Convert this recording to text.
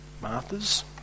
Martha's